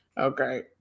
Okay